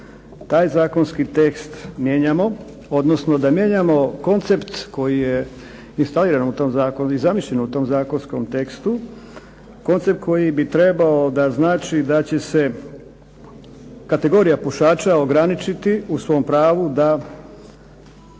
taj zakonski tekst mijenjamo, odnosno da mijenjamo koncept koji je zamišljen u tom zakonskom tekstu, koncept koji bi trebao da znači da će se kategorija pušača ograničiti u svom pravu tu